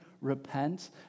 repent